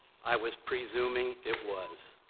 i was presuming it was.